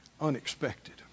unexpected